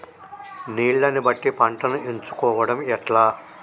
నీళ్లని బట్టి పంటను ఎంచుకోవడం ఎట్లా?